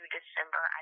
December